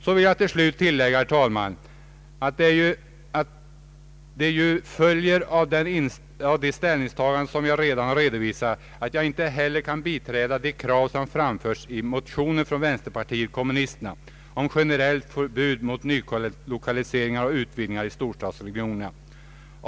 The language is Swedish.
Jag vill tillägga, herr talman, att det ju följer av de ställningstaganden som jag redan har redovisat, att jag inte heller kan biträda de krav som framförs i en motion från vänsterpartiet kommunisterna om generellt förbud mot nylokaliseringar och utvidgningar i storstadsregionerna.